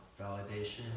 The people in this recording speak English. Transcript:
validation